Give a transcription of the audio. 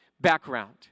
background